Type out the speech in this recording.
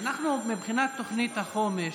מבחינת תוכנית החומש,